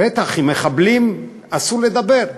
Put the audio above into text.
בטח, עם מחבלים אסור לדבר,